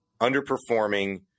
underperforming